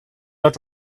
out